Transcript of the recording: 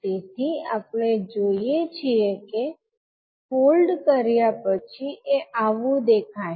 તેથી આપણે જોઈએ છીએ કે ફોલ્ડ કર્યા પછી એ આવું દેખાશે